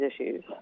issues